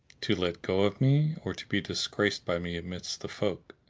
to let go of me or to be disgraced by me amidst the folk?